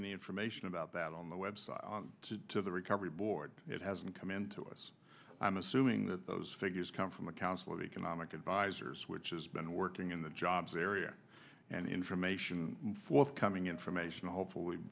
any information about that on the website to the recovery board it hasn't come in to us i'm assuming that those figures come from the council of economic advisors which has been working in the jobs area and information forthcoming information hopefully